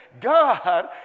God